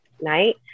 night